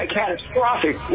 catastrophic